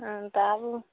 हुँ तऽ आबू